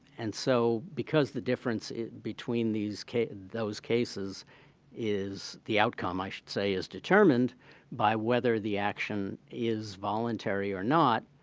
and so because the difference between these those cases is the outcome, i should say, is determined by whether the action is voluntary or not,